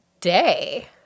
day